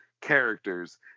characters